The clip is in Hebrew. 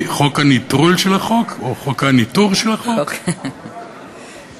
טוב, אם אתה אומר, בסדר.